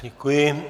Děkuji.